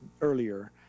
earlier